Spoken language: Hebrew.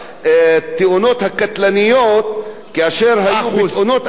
כאשר היו בתאונות עבודה 64 הרוגים,